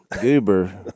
Goober